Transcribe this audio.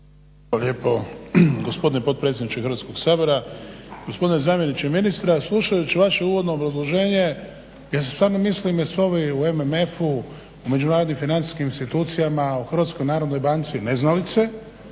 Hvala lijepo gospodine potpredsjedniče Hrvatskog sabora, gospodine zamjeniče ministra slušajući vaše uvodno obrazloženje ja stvarno mislim da su ovi u MMF-u u međunarodnim financijskim institucijama u HNB-i neznalice